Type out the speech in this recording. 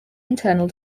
internal